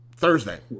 Thursday